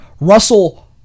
Russell